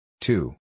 Two